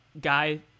guy